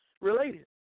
Related